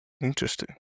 Interesting